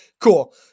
Cool